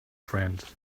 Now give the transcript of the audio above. friend